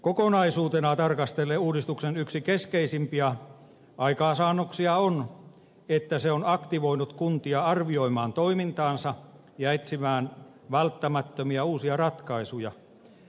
kokonaisuutena tarkastellen uudistuksen yksi keskeisimpiä aikaansaannoksia on että se on aktivoinut kuntia arvioimaan toimintaansa ja etsimään välttämättömiä uusia ratkaisuja